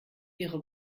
ihre